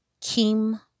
Kim